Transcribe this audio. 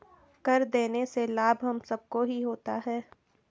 कर देने से लाभ हम सबको ही होता है